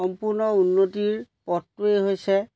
সম্পূৰ্ণ উন্নতিৰ পথটোৱেই হৈছে